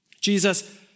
Jesus